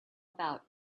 about